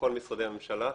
בכל משרדי הממשלה.